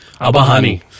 Abahani